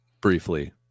Briefly